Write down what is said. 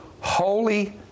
holy